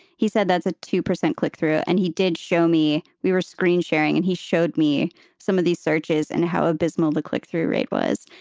he said that's a two percent click through. and he did show me we were screen sharing and he showed me some of these searches and how abysmal the click through rate was.